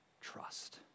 trust